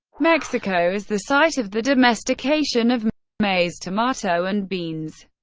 mexico is the site of the domestication of maize, tomato and beans,